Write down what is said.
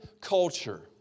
culture